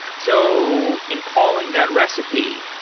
so in calling that recipe,